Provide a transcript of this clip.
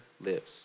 lives